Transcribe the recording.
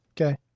Okay